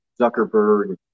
Zuckerberg